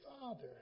Father